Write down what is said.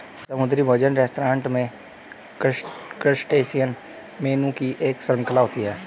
समुद्री भोजन रेस्तरां में क्रस्टेशियन मेनू की एक पूरी श्रृंखला होती है